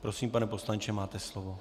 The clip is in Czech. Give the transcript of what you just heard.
Prosím, pane poslanče, máte slovo.